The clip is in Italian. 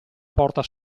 porta